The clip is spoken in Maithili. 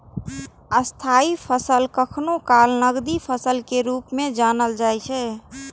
स्थायी फसल कखनो काल नकदी फसल के रूप मे जानल जाइ छै